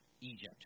Egypt